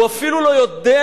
הוא אפילו לא יודע